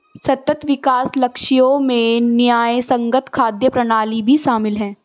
सतत विकास लक्ष्यों में न्यायसंगत खाद्य प्रणाली भी शामिल है